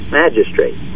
magistrate